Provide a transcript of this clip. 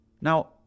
Now